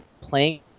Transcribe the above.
playing